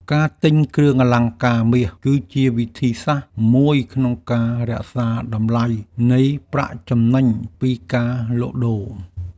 ការទិញគ្រឿងអលង្ការមាស គឺជាវិធីសាស្ត្រមួយក្នុងការរក្សាតម្លៃនៃប្រាក់ចំណេញពីការលក់ដូរ។